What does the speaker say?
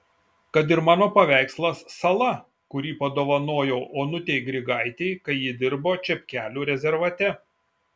kad ir mano paveikslas sala kurį padovanojau onutei grigaitei kai ji dirbo čepkelių rezervate